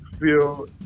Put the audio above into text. feel